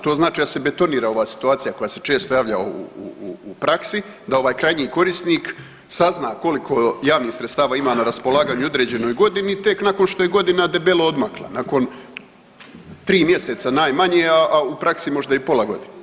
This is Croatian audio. To znači da se betonira ova situacija koja se često javlja u praksi, da ovaj krajnji korisnik sazna koliko javnih sredstava ima na raspolaganju u određenoj godini tek nakon što je godina debelo odmakla, nakon 3 mjeseca najmanje, a u praksi možda i pola godine.